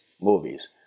movies